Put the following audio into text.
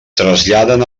traslladen